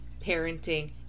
parenting